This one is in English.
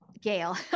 gail